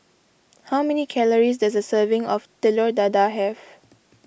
how many calories does a serving of Telur Dadah have